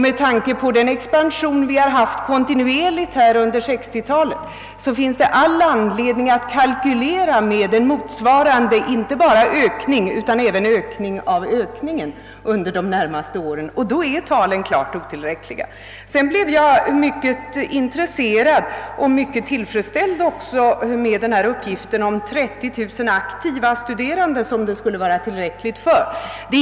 Med tanke på den expansion som har pågått kontinuerligt under 1960-talet finns det all anledning att kalkylera inte bara med en motsvarande ökning utan även med en ökning av ökningen under de närmaste åren, och då är siffrorna klart för låga. Vidare blev jag mycket intresserad och även mycket tillfredsställd av uppgiften att universitetet skulle räcka till för 30 000 aktiva studerande.